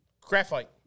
graphite